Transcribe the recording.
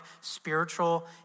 spiritual